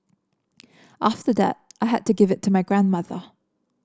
after that I had to give it to my grandmother